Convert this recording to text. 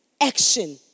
action